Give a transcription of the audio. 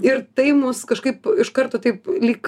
ir tai mus kažkaip iš karto taip lyg